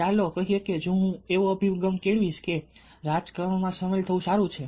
ચાલો કહીએ કે જો હું એવો અભિગમ કેળવીશ કે રાજકારણમાં સામેલ થવું સારું છે